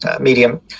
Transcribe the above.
medium